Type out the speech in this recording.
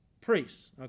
priests